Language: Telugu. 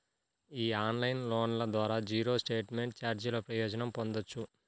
ఈ ఆన్లైన్ లోన్ల ద్వారా జీరో స్టేట్మెంట్ ఛార్జీల ప్రయోజనం పొందొచ్చు